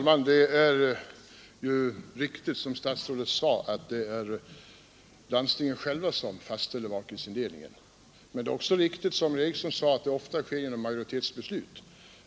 Herr talman! Statsrådet sade att det är landstingen själva som fastställer valkretsindelningen, och det är alldeles riktigt. Men det är också riktigt som herr Eriksson i Arvika framhöll, att indelningen ofta sker genom majoritetsbeslut.